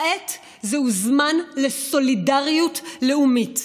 כעת זהו זמן לסולידריות לאומית.